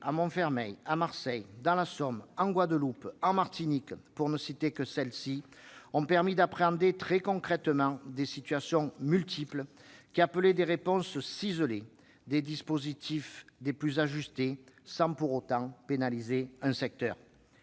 à Montfermeil, à Marseille, dans la Somme, en Guadeloupe, en Martinique, pour ne citer que ces déplacements, ont permis d'appréhender très concrètement des situations multiples qui appelaient des réponses ciselées, des dispositifs les plus ajustés possible, sans pour autant pénaliser un secteur.